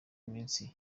iminsi